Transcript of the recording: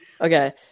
Okay